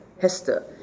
Hester